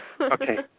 Okay